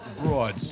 Broad